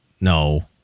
no